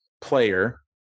player